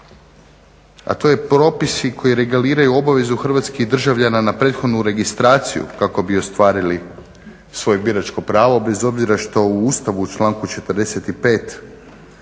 a to je propisi koji reguliraju obavezu hrvatskih državljana na prethodnu registraciju kako bi ostvarili svoje biračko pravo bez obzira što u Ustavu u članku 45.